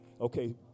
Okay